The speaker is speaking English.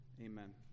Amen